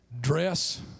dress